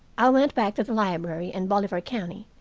i went back to the library and bolivar county,